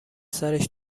سرش